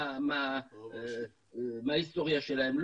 ההיסטוריה שלהם,